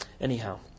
Anyhow